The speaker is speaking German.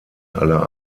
aller